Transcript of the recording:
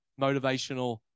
motivational